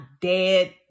dead